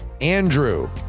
Andrew